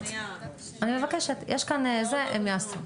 יש כאן, הם יעשו.